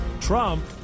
Trump